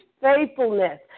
faithfulness